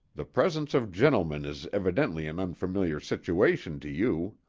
the presence of gentlemen is evidently an unfamiliar situation to you.